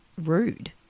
rude